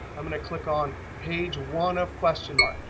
i'm going to click on page one of question mark.